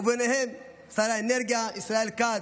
וביניהם שר האנרגיה ישראל כץ,